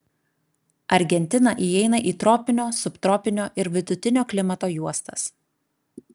argentina įeina į tropinio subtropinio ir vidutinio klimato juostas